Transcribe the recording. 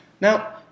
Now